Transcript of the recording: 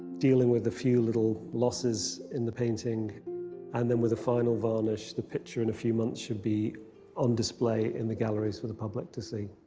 dealing with a few little losses in the painting and then with a final varnish, the picture in a few months should be on display in the galleries for the public to see.